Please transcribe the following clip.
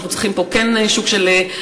אנחנו כן צריכים פה שוק של תחרות,